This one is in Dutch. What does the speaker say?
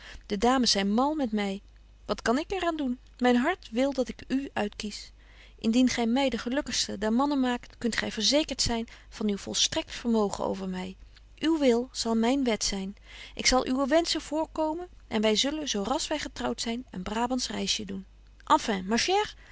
de dames zyn mal met my wat kan ik er aan doen myn hart wil dat ik u uitkies indien gy my de gelukkigste der mannen maakt kunt gy verzekert zyn van uw volstrekt vermogen over my uw wil zal myn wet zyn ik zal uwe wenschen voorkomen en wy zullen zo rasch wy getrouwt zyn een brabands reisje doen enfin